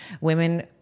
Women